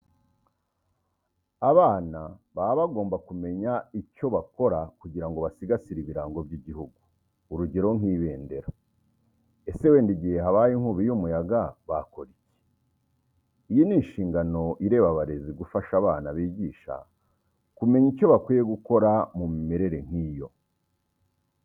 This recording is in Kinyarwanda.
Abana baba bagomba kumenya icyo bakora kugira ngo basigasire ibirango by'igihugu, urugero nk'ibendera. Ese wenda igihe habaye inkubi y'umuyaga bakora iki? Iyi ni inshingano ireba abarezi gufasha abana bigisha kumenya icyo bakwiye gukora mu mimerere nk'iyo.